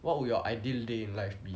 what would your ideal day in life be